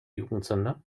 jugendsünde